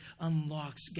unlocks